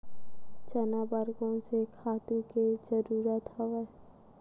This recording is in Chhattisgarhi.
चना बर कोन से खातु के जरूरत हवय?